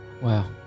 Wow